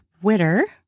Twitter